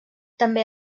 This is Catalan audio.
també